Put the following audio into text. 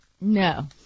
No